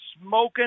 smoking